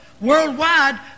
worldwide